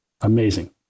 Amazing